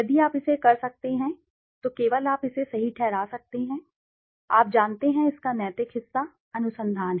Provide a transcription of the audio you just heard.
यदि आप इसे कर सकते हैं तो केवल आप इसे सही ठहरा सकते हैं आप जानते हैं इसका नैतिक हिस्सा अनुसंधान